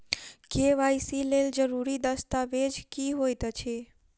KYC लेल जरूरी दस्तावेज की होइत अछि?